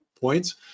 points